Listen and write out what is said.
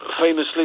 Famously